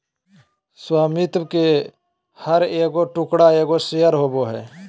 स्वामित्व के हर एगो टुकड़ा एगो शेयर होबो हइ